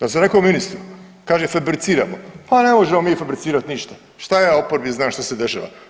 To sam reko ministri, kaže fabriciramo, pa ne možemo mi fabricirat ništa, šta ja u oporbi znam šta se dešava.